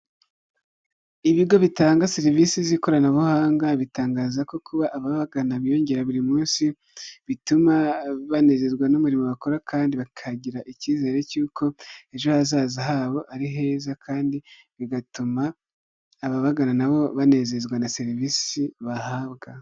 Ibigo bitanga serivisi z'ikoranabuhanga bitangaza ko kuba ababagana biyongera buri munsi bituma banezezwa n'umurimo bakora kandi bakagira icyizere cy'uko ejo hazaza habo ari heza kandi bigatuma ababagana na bo banezezwa na serivisi bahabwa.